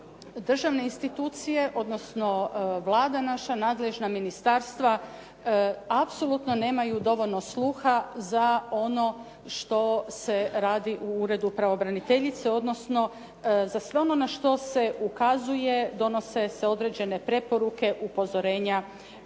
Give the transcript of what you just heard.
državne institucije, odnosno Vlada naša, nadležna ministarstva apsolutno nemaju dovoljno sluha za ono što se radi u Uredu pravobraniteljice, odnosno za sve ono na što se ukazuje, donose se određene preporuke, upozorenja